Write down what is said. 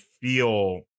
feel